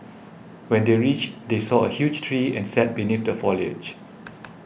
when they reached they saw a huge tree and sat beneath the foliage